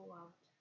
out